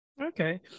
Okay